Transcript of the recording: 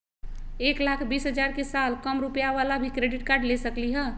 एक लाख बीस हजार के साल कम रुपयावाला भी क्रेडिट कार्ड ले सकली ह?